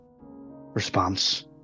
response